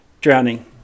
drowning